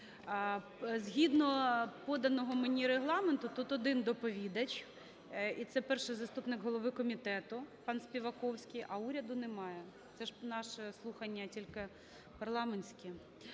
Згідно поданого мені Регламенту тут один доповідач, і це перший заступник голови комітету пан Співаковський, а уряду немає. Це ж наше слухання тільки парламентське.